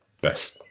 best